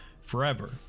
forever